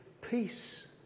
peace